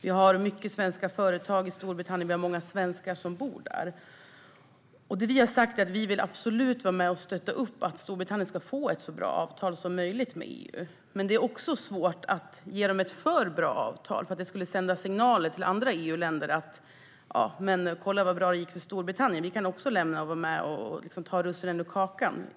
Vi har många svenska företag i Storbritannien, och det är många svenskar som bor där. Vi har sagt att vi verkligen vill vara med och stötta upp att Storbritannien ska få ett så bra avtal som möjligt med EU. Men det är också svårt att ge dem ett för bra avtal, eftersom det skulle sända signaler till andra EU-länder: Kolla vad bra det gick för Storbritannien. Vi kan också lämna EU och vara med och ta russinen ur kakan.